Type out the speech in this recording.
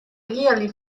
really